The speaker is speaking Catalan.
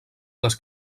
les